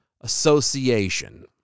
Association